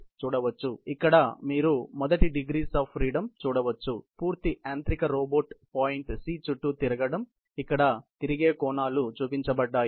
కాబట్టి ఇక్కడ మీరు మొదటి డిగ్రీస్ ఆఫ్ ఫ్రీడమ్ చూడవచ్చు పూర్తి యాంత్రిక రోబోట్ పాయింట్ C చుట్టూ తిరగడం ఇక్కడ తిరిగే కోణాలు చూపించబడ్డాయి